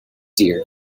dear